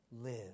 live